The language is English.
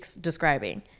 describing